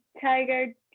tiger